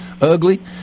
ugly